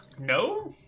No